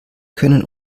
können